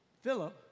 Philip